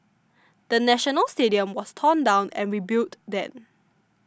the National Stadium was torn down and rebuilt then